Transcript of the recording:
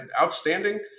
outstanding